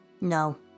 No